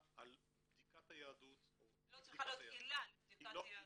על בדיקת היהדות או אי בדיקת היהדות.